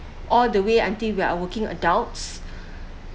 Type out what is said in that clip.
all the way until we are working adults